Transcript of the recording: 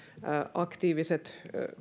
aktiiviset